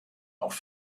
auch